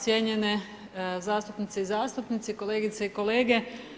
Cijenjene zastupnice i zastupnici kolegice i kolege.